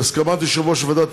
בהסכמת יושב-ראש הוועדה,